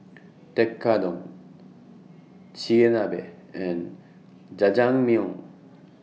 Tekkadon Chigenabe and Jajangmyeon